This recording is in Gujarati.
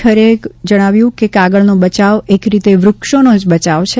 ખેરેએ કહ્યું છે કે કાગળનો બચાવ એક રીતે વ્રક્ષોનો જ બચાવ છે